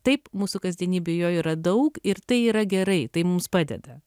taip mūsų kasdienybėj jo yra daug ir tai yra gerai tai mums padeda